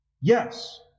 Yes